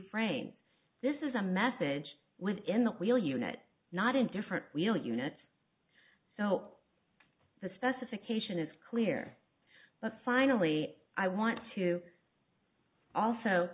frames this is a message within the wheel unit not a different wheel unit so the specification is clear but finally i want to also